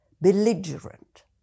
belligerent